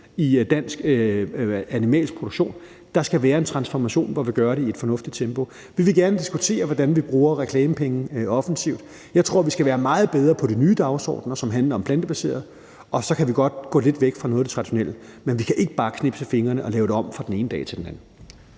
i dansk animalsk produktion. Der skal være en transformation, hvor vi gør det i et fornuftigt tempo. Vi vil gerne diskutere, hvordan vi bruger reklamepenge offensivt. Jeg tror, vi skal være meget bedre på de nye dagsordener, som handler om det plantebaserede, og så kan vi godt gå lidt væk fra noget af det traditionelle. Men vi kan ikke bare knipse med fingrene og lave det om fra den ene dag til den anden.